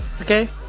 Okay